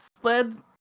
sled